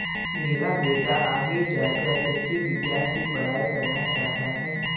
मेरा बेटा आगे जाकर कृषि विज्ञान की पढ़ाई करना चाहता हैं